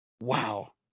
Wow